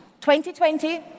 2020